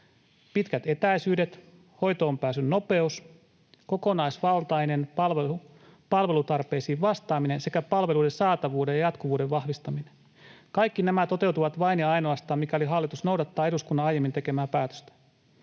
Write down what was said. pitkät etäisyydet, hoitoonpääsyn nopeus, kokonaisvaltainen palvelutarpeisiin vastaaminen sekä palveluiden saatavuuden ja jatkuvuuden vahvistaminen. Kaikki nämä toteutuvat vain ja ainoastaan, mikäli hallitus noudattaa eduskunnan aiemmin tekemää päätöstä.